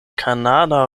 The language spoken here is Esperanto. kanada